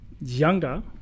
younger